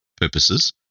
purposes